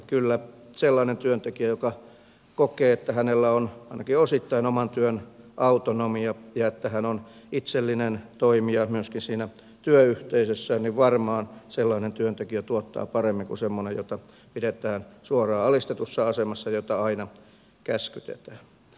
kyllä sellainen työntekijä joka kokee että hänellä on ainakin osittain oman työn autonomia ja että hän on itsellinen toimija myöskin siinä työyhteisössä varmaan tuottaa paremmin kuin semmoinen jota pidetään suoraan alistetussa asemassa jota aina käskytetään